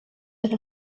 with